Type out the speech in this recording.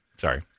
Sorry